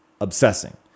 Obsessing